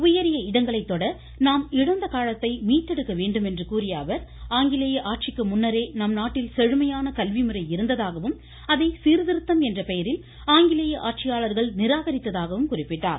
உயரிய இடங்களை தொட நாம் இழந்த காலத்தை மீட்டெடுக்கவேண்டும் என்று கூறிய அவர் ஆங்கிலேய ஆட்சிக்கு முன்னரே நம்நாட்டில் செழுமையான கல்விமுறை இருந்ததாகவும் அதை சீர்த்திருத்தம் என்ற பெயரில் ஆங்கிலேய ஆட்சியாளர்கள் நிராகரித்ததாகவும் குறிப்பிட்டார்